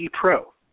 Pro